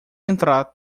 entrar